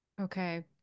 Okay